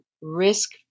risk